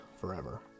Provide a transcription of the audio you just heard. forever